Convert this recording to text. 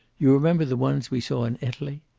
you remember the ones we saw in italy?